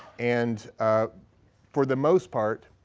and for the most part,